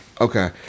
Okay